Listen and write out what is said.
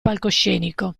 palcoscenico